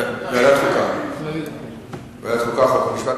ועדת חוקה חוק ומשפט.